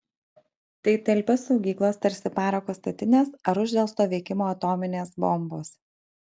tai talpios saugyklos tarsi parako statinės ar uždelsto veikimo atominės bombos